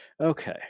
Okay